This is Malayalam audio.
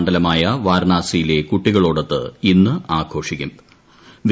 മണ്ഡലമായ വാരണാസിയിലെ കുട്ടികളോടൊത്ത് ഇന്ന് ആഘോഷിക്കൂം